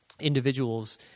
individuals